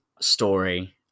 story